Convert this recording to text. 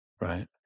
right